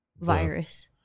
virus